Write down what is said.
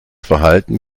verhalten